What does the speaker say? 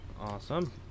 Awesome